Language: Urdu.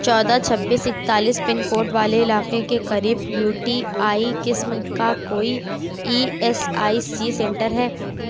چودہ چھبیس اکتالیس پن کوڈ والے علاقے کے قریب یو ٹی آئی قسم کا کوئی E S I C centre ہے